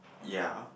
ya